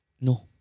No